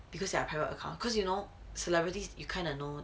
because you are private account cause you know celebrities you kind of know that